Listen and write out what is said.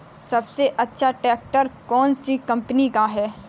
सबसे अच्छा ट्रैक्टर कौन सी कम्पनी का है?